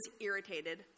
irritated